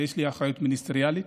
ויש לי אחריות מיניסטריאלית.